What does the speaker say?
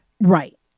Right